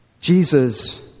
Jesus